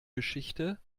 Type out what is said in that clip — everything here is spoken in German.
geschichte